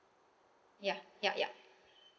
ya ya ya